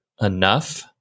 enough